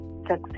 success